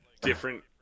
different